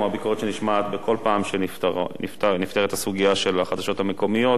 כמו הביקורת שנשמעת בכל פעם שנפתרת הסוגיה של החדשות המקומיות.